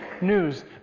news